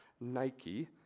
Nike